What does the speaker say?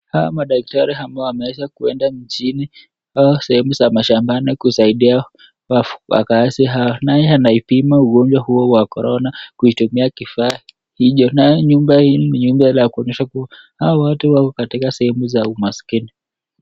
Hawa madaktari ambao wameshakwenda mjini sehemu za mashambani kusaidia wakazi hao. Naye anapima ugonjwa huo wa Corona kuitumia kifaa hicho. Na nyumba hii ni nyumba ya kuonyesha kuwa hawa watu wako katika sehemu za umaskini.